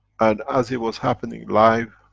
and as it was happening live,